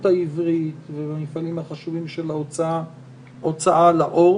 העברית והמפעלים החשובים של ההוצאה לאור.